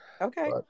Okay